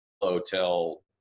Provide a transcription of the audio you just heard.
hotel